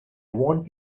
want